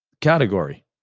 category